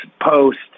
post